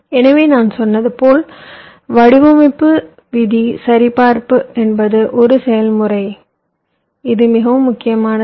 எனவே நான் சொன்னது போல் வடிவமைப்பு விதி சரிபார்ப்பு என்பது ஒரு செயல்முறை இது மிகவும் முக்கியமானது